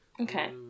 okay